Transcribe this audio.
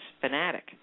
fanatic